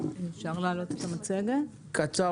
קצר